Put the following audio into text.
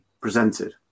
presented